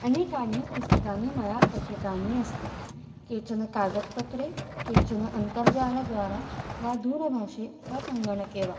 अनेकानि पुस्तकानि मया पठितानि अस्ति केचन कागद्पत्रे केचन अन्तर्जालद्वारा वा दूरभाषे वा सङ्गणके वा